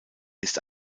ist